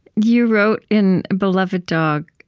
you wrote in beloved dog